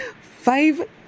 Five